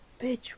Bitch